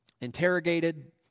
interrogated